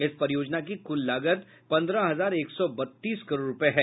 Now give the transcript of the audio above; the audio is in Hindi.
इस परियोजना की कुल लागत पन्द्रह हजार एक सौ बत्तीस करोड़ रूपये है